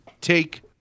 take